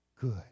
good